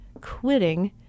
quitting